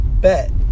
bet